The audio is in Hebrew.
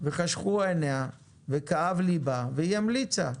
וחשכו עיניה וכאב ליבה והיא המליצה,